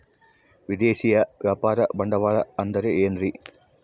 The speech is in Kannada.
ವಿದೇಶಿಯ ವ್ಯಾಪಾರ ಬಂಡವಾಳ ಅಂದರೆ ಏನ್ರಿ?